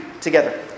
together